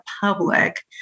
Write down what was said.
public